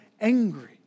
angry